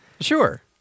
Sure